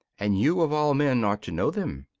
and you of all men ought to know them.